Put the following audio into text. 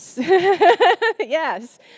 Yes